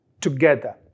together